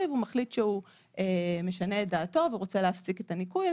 והוא מחליט שהוא משנה את דעתו והוא רוצה להפסיק את הניכוי,